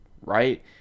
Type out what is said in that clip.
right